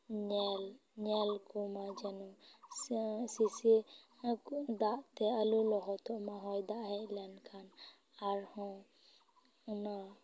ᱧᱮᱞ ᱧᱮᱞ ᱠᱚᱢᱟ ᱡᱮᱱᱚ ᱥᱮ ᱥᱤᱥᱤᱨ ᱫᱟᱜ ᱛᱮ ᱟᱞᱚ ᱞᱚᱦᱚᱫᱚᱜ ᱢᱟ ᱦᱚᱭᱫᱟᱜ ᱦᱮᱡ ᱞᱮᱱᱠᱷᱟᱱ ᱟᱨᱦᱚᱸ ᱚᱱᱟ